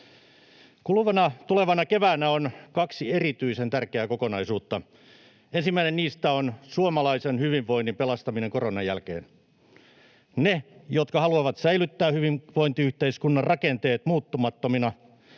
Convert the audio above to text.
Kuluvana, tulevana keväänä on kaksi erityisen tärkeää kokonaisuutta. Ensimmäinen niistä on suomalaisen hyvinvoinnin pelastaminen koronan jälkeen. Ne, jotka haluavat säilyttää hyvinvointiyhteiskunnan rakenteet muuttamattomina,